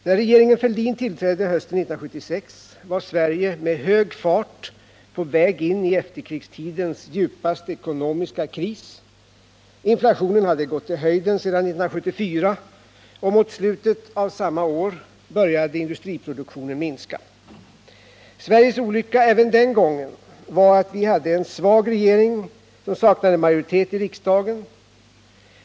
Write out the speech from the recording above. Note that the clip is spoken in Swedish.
När regeringen Fälldin tillträdde hösten 1976 var Sverige med hög fart på väg in i efterkrigstidens djupaste ekonomiska kris. Inflationen hade gått i höjden sedan 1974, och mot slutet av samma år började industriproduktionen minska. Sveriges olycka även den gången var att vi hade en svag regering, som saknade majoritet i riksdagen.